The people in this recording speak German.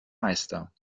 meister